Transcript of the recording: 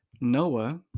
Noah